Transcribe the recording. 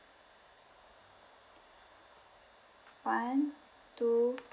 one two